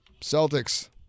Celtics